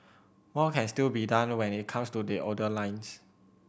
more can still be done when it comes to the older lines